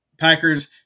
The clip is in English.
Packers